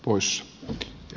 oys r r